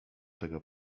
tego